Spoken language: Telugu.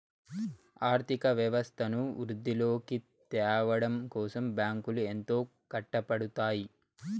ఆర్థిక వ్యవస్థను వృద్ధిలోకి త్యావడం కోసం బ్యాంకులు ఎంతో కట్టపడుతాయి